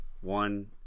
One